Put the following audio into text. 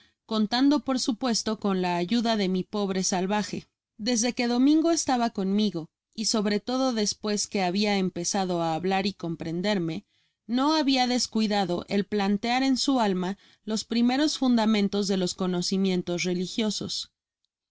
contando por supuesto con la ayuda de mi pobre salvaje desde que domingo estaba conmigo y sobre todo despues que habia empezado á hablar y comprenderme no habia descuidado el plantear en su alma los primeros fundamentos de los conocimientos religiosos